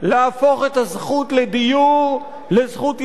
להפוך את הזכות לדיור לזכות יסוד.